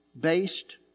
based